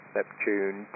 Neptune